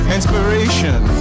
Inspiration